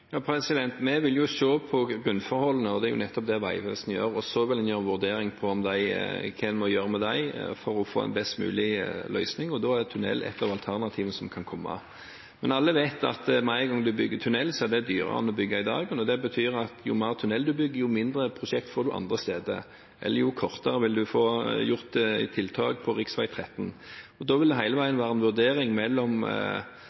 Vi vil se på grunnforholdene, og det er nettopp det Vegvesenet gjør. Og så vil en gjøre en vurdering av hva en må gjøre med dem for å få en best mulig løsning, og da er tunnel ett av alternativene som kan komme. Men alle vet at med en gang en bygger tunnel, er det dyrere enn å bygge i dagen. Det betyr at jo mer tunnel en bygger, jo mindre prosjekter får en andre steder, eller jo mindre vil en få gjort av tiltak på rv. 13. Da vil det hele